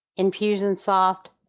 infusionsoft,